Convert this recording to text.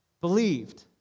Believed